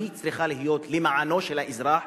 שצריכה להיות למענו של האזרח,